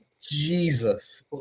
Jesus